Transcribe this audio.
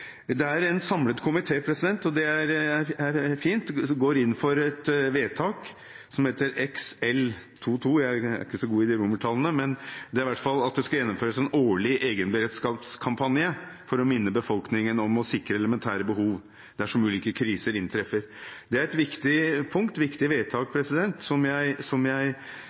Det er en samlet komité – og det er fint – som går inn for et vedtak som heter XLII, om at det skal «gjennomføres en årlig egenberedskapskampanje for å minne befolkningen om å sikre egne elementære behov dersom og når ulike kriser inntreffer». Det er et viktig punkt, et viktig vedtak, som jeg mener må utdypes. Det var en god kampanje med en brosjyre som